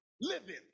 living